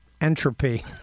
entropy